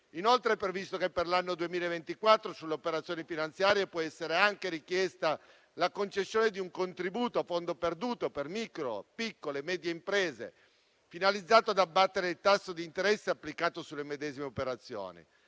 Inoltre, è previsto che per l'anno 2024 sulle operazioni finanziarie possa essere anche richiesta la concessione di un contributo a fondo perduto per micro, piccole e medie imprese, finalizzato ad abbattere il tasso di interesse applicato sulle medesime operazioni.